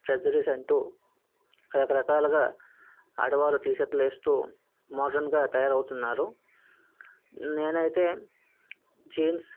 prejudice అంటు రకరకాలుగా ఆడవారు టీ షర్ట్లు వేస్తు మోడర్న్గా తయారవుతున్నారు నేను అయితే జీన్స్